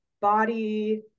body